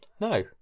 No